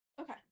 Okay